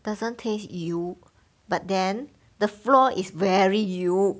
doesn't taste 油 but then the floor is very 油